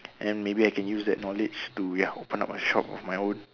and then maybe I can use that knowledge to ya open up a shop of my own